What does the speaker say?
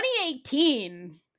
2018